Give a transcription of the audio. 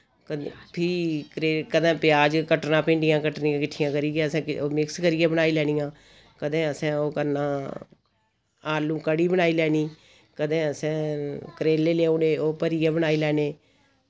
कन्नै फ्ही क्रे कदै प्याज कट्टना भिंडियां कट्टनियां किट्ठियां करियै असैं ओ मिक्स करियै बनाई लेनियां कदे असैं ओ करना आलू कड़ी बनाई लैनी कदे असैं करेले लेओने ओ भरियै बनाई लैने